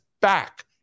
back